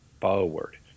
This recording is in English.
forward